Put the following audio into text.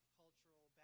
cultural